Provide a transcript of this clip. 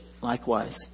Likewise